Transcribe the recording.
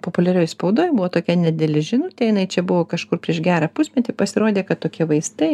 populiarioj spaudoj buvo tokia nedidelė žinutė jinai čia buvo kažkur prieš gerą pusmetį pasirodė kad tokie vaistai